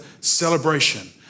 celebration